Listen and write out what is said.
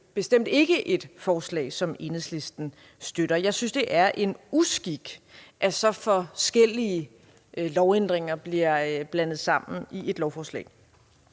bestemt ikke et forslag, som Enhedslisten støtter. Jeg synes, det er en uskik, at så forskellige lovændringer bliver blandet sammen i et lovforslag.